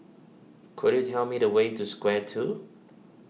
could you tell me the way to Square two